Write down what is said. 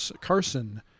Carson